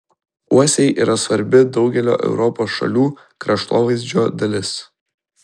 uosiai yra svarbi daugelio europos šalių kraštovaizdžio dalis